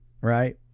right